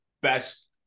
best